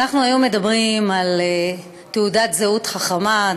אנחנו היום מדברים על תעודת זהות חכמה,